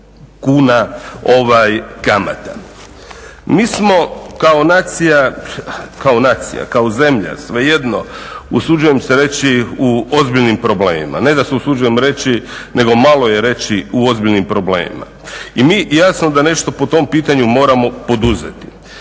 kuna kamata. Mi smo kao nacija, kao zemlja, svejedno, usuđujem se reći u ozbiljnim problemima, ne da se usuđujem reći nego malo je reći u ozbiljnim problemima i mi jasno da nešto po tom pitanju moramo poduzeti.